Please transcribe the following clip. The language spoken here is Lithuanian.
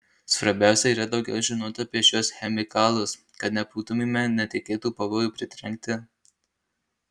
svarbiausia yra daugiau žinoti apie šiuos chemikalus kad nebūtumėme netikėtų pavojų pritrenkti